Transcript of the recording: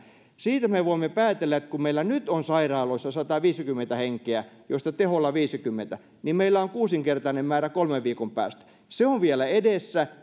siitä me voimme päätellä että kun meillä nyt on sairaaloissa sataviisikymmentä henkeä joista teholla viisikymmentä niin meillä on kuusinkertainen määrä kolmen viikon päästä se on vielä edessä